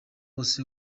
bose